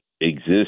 exist